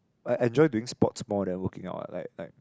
I enjoy doing sports more than working out like like